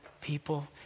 people